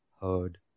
heard